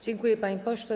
Dziękuję, panie pośle.